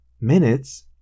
Minutes